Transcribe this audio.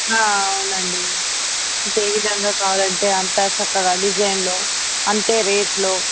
ఆ అవును అండి మీకు ఏవిధంగా కావాలి అంటే అంత చక్కగా డిజైన్లో అంత రేట్లో